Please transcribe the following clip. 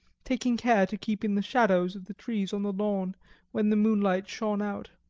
taking care to keep in the shadows of the trees on the lawn when the moonlight shone out.